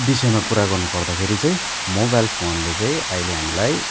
विषयमा कुरा गर्नु पर्दाखेरि चाहिँ मोबाइल फोनले चाहिँ अहिले हामीलाई